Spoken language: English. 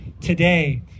today